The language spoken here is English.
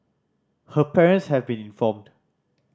her parents have been informed